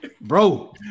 bro